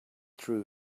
truth